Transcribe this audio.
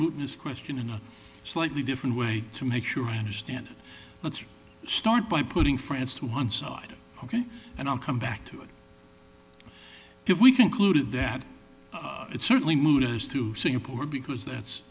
mutinous question in a slightly different way to make sure i understand let's start by putting france to one side ok and i'll come back to it if we conclude that it's certainly moot as to singapore because that's